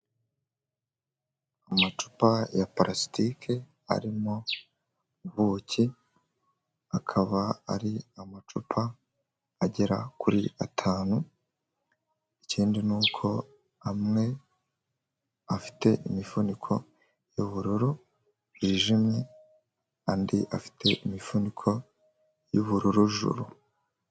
Amacupa ya parastike arimo ubuki, akaba ari amacupa agera kuri atanu. Ikindi ni uko amwe afite imifuniko y'ubururu bwijimye andi afite imifuniko y'ubururu juru.